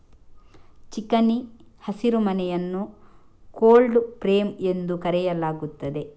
ಚಿಕಣಿ ಹಸಿರುಮನೆಯನ್ನು cold frame ಎಂದು ಕರೆಯಲಾಗುತ್ತದೆ